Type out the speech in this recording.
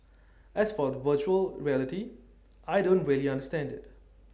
as for the Virtual Reality I don't really understand IT